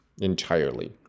entirely